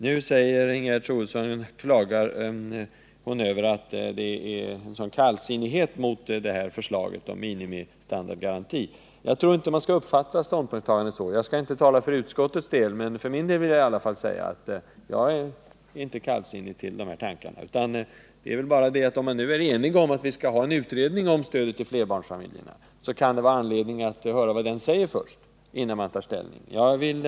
: Nu klagar Ingegerd Troedsson över att det visas en sådan kallsinnighet mot förslaget om minimistandardgaranti. Jag tror inte att ståndpunktstagandet skall uppfattas på det sättet. Jag skall inte tala för utskottets räkning, men för min del vill jag i alla fall säga att jag inte är kallsinnig till dessa tankar. Men om det nu råder enighet om att vi skall ha en utredning om stödet till flerbarnsfamiljerna, kan det vara anledning att höra vad den säger innan man tar ställning i denna fråga.